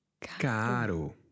Caro